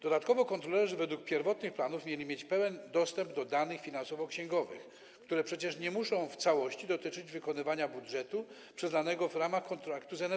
Dodatkowo kontrolerzy według pierwotnych planów mieli mieć pełen dostęp do danych finansowo-księgowych, które przecież nie muszą w całości dotyczyć wykonywania budżetu przyznanego w ramach kontraktu z NFZ.